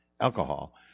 alcohol